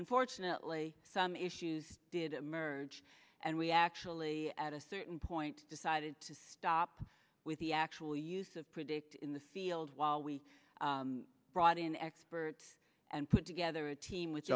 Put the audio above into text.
unfortunately some issues did emerge and we actually at a certain point decided to stop with the actual use of predict in the field while we brought in experts and put together a team w